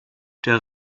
der